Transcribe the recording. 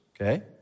Okay